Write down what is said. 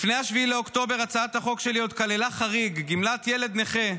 לפני 7 באוקטובר הצעת החוק שלי עוד כללה חריג: גמלת ילד נכה,